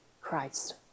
Christ